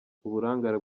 uburangare